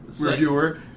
reviewer